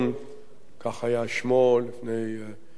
כך היה שמו לפני שנים רבות,